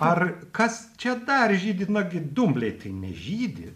ar kas čia dar žydi nagi dumbliai tai nežydi